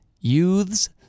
youths